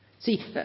See